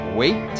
wait